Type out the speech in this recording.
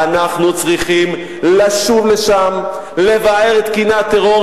אנחנו צריכים לשוב לשם לבער את קני הטרור,